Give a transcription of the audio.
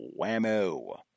whammo